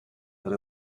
that